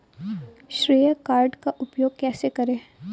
श्रेय कार्ड का उपयोग कैसे करें?